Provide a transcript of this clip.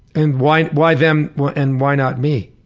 and why why them and why not me?